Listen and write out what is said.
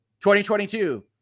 2022